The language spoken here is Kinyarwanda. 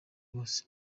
bose